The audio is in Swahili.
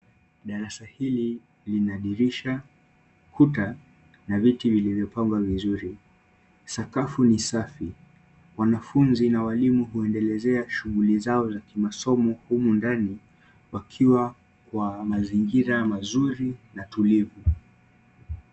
Darasa hili lina dirisha, kuta, na viti vilivyopangwa vizuri. Sakafu ni safi. Wanafunzi na walimu huendelezea shughuli zao za kimasomo humu ndani wakiwa kwa mazingira mazuri na tulivu.